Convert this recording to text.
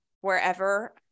wherever